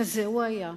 כזה הוא היה,